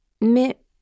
mais